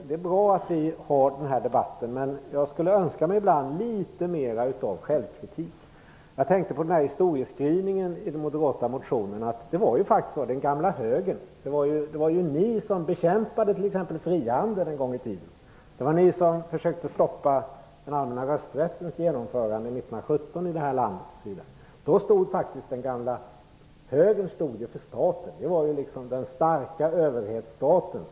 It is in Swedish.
Det är bra att vi debatterar detta, men jag skulle önska mig litet mer självkritik. Jag tänker på historieskrivningen i den moderata motionen. Det var ju faktiskt den gamla högern som bekämpade frihandeln en gång i tiden och som försökte stoppa den allmänna rösträttens genomförande 1917. Den gamla högern stod då för staten. Det var den starka överhetsstaten.